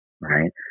right